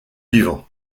vivant